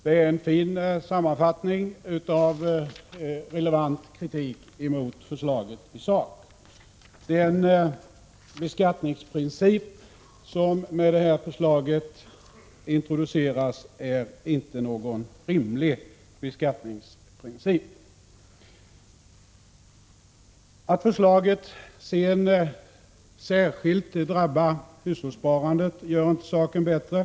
Det är en fin sammanfattning av relevant kritik emot förslaget i sak. Den beskattningsprincip som med det här förslaget introduceras är inte någon rimlig beskattningsprincip. Att förslaget sedan särskilt drabbar hushållssparandet gör inte saken bättre.